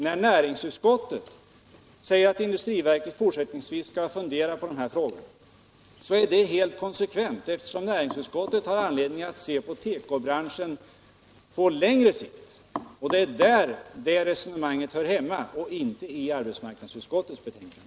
När näringsutskottet säger att industriverket fortsättningsvis skall fundera på dessa frågor, är det helt konsekvent, eftersom näringsutskottet har anledning att se på tekobranschen på längre sikt. Det är där resonemangen hör hemma och inte i arbetsmarknadsutskottets betänkande.